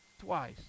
Twice